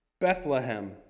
Bethlehem